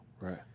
Right